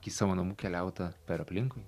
iki savo namų keliauta per aplinkui